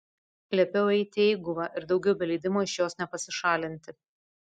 liepiau eiti į eiguvą ir daugiau be leidimo iš jos nepasišalinti